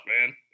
man